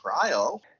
trial